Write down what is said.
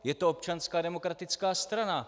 Je to Občanská demokratická strana.